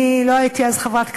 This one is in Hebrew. אני לא הייתי אז חברת כנסת,